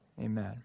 Amen